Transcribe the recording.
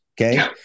Okay